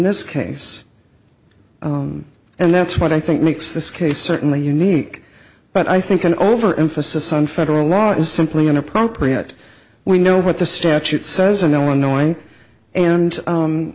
this case and that's what i think makes this case certainly unique but i think an overemphasis on federal law is simply inappropriate we know what the statute says in illinois and